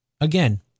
Again